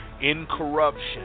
incorruption